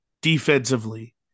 defensively